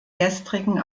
gestrigen